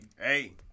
Hey